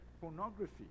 pornography